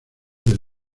del